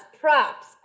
props